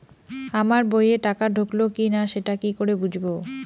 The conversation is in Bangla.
আমার বইয়ে টাকা ঢুকলো কি না সেটা কি করে বুঝবো?